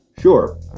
Sure